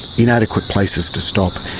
inadequate places to stop.